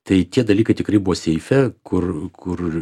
tai tie dalykai tikrai buvo seife kur kur